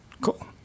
Cool